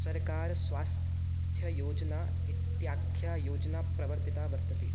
सरकारस्वास्थ्ययोजना इत्याख्या योजना प्रवर्तिता वर्तते